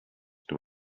dem